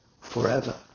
forever